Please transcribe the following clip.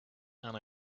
and